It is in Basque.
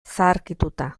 zaharkituta